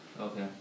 Okay